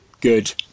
good